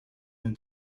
then